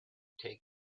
take